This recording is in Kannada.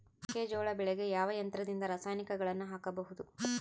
ಮೆಕ್ಕೆಜೋಳ ಬೆಳೆಗೆ ಯಾವ ಯಂತ್ರದಿಂದ ರಾಸಾಯನಿಕಗಳನ್ನು ಹಾಕಬಹುದು?